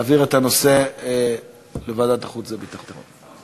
להעביר את הנושא לוועדת החוץ והביטחון.